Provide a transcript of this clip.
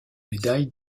médailles